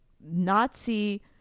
nazi